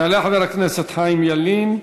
יעלה חבר הכנסת חיים ילין,